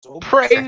Praise